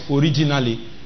originally